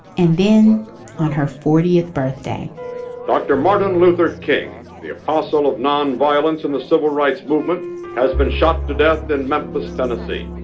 and then on her fortieth birthday dr. martin luther king the apostle of nonviolence in the civil rights movement has been shot to death in memphis tennessee.